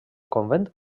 convent